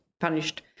punished